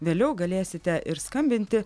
vėliau galėsite ir skambinti